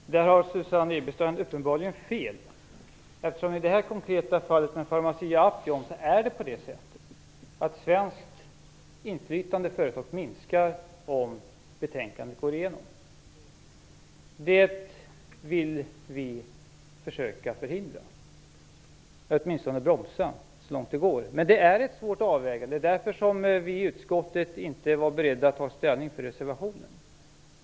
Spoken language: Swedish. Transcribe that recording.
Fru talman! Där har Susanne Eberstein uppenbarligen fel. I det konkreta fall vi nu diskuterar, dvs. Pharmacia-Upjohn, minskar det svenska inflytandet i företaget om betänkandet går igenom. Det vill vi försöka förhindra eller åtminstone bromsa så långt det går. Det är emellertid en svår avvägning. Det är därför vi i utskottet inte var beredda att ta ställning för reservationen.